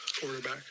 Quarterback